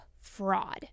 fraud